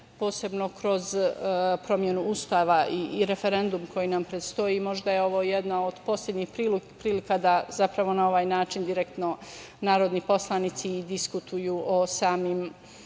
posebno kroz promenu Ustava i referendum koji nam predstoji, možda je ovo jedna od poslednjih prilika da zapravo na ovaj način direktno narodni poslanici i diskutuju o samom